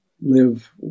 live